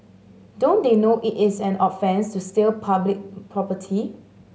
don't they know it is an offence to steal public property